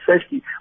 safety